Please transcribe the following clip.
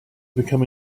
become